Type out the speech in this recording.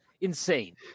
insane